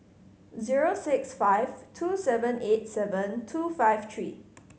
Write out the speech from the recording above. zero six five two seven eight seven two five three